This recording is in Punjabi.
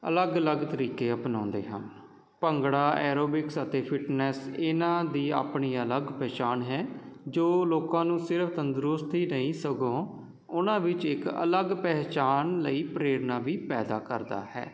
ਅਲੱਗ ਅਲੱਗ ਤਰੀਕੇ ਅਪਣਾਉਂਦੇ ਹਨ ਭੰਗੜਾ ਐਰੋਬਿਕਸ ਅਤੇ ਫਿੱਟਨੈੱਸ ਇਹਨਾਂ ਦੀ ਆਪਣੀ ਅਲੱਗ ਪਹਿਚਾਣ ਹੈ ਜੋ ਲੋਕਾਂ ਨੂੰ ਸਿਰਫ਼ ਤੰਦਰੁਸਤੀ ਨਹੀਂ ਸਗੋਂ ਉਨ੍ਹਾਂ ਵਿੱਚ ਇੱਕ ਅਲੱਗ ਪਹਿਚਾਣ ਲਈ ਪ੍ਰੇਰਨਾ ਵੀ ਪੈਦਾ ਕਰਦਾ ਹੈ